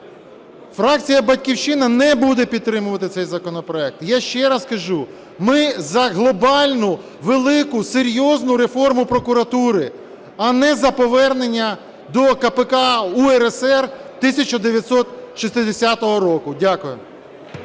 фракція "Батьківщина" не буде підтримувати цей законопроект. Я ще раз кажу, ми – за глобальну велику серйозну реформу прокуратури, а не за повернення до КПК УРСР 1960 року. Дякую.